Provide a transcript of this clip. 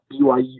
BYU